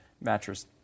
mattress